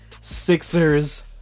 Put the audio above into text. Sixers